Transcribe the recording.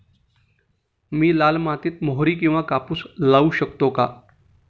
मी लाल मातीत मोहरी किंवा कापूस लावू शकतो का?